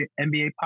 NBA